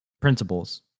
principles